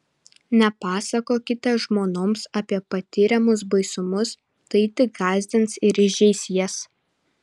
nepasakokite žmonoms apie patiriamus baisumus tai tik gąsdins ir žeis jas